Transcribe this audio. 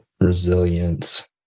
resilience